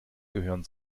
gehören